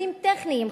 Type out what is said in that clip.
פרטים טכניים,